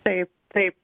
taip taip